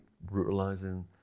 brutalizing